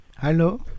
Hello